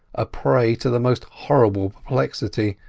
a prey to the most horrible perplexity,